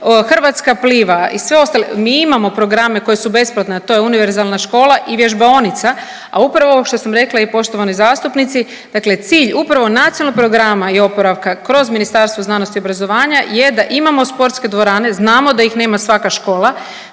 Hrvatska pliva i sve ostale. Mi imamo programe koji su besplatni, a to je univerzalna škola i vježbaonica, a upravo ovo što sam rekla i poštovanoj zastupnici, dakle cilj upravo Nacionalnog programa i oporavka kroz Ministarstvo znanosti i obrazovanja je da imamo sportske dvorane, znamo da ih nema svaka škola,